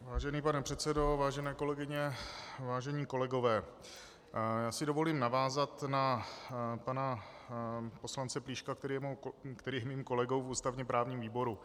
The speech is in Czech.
Vážený pane předsedo, vážené kolegyně, vážení kolegové, já si dovolím navázat na pana poslance Plíška, který je mým kolegou v ústavněprávním výboru.